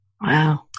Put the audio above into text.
Wow